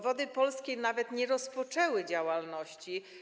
Wody Polskie nawet nie rozpoczęły działalności.